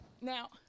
now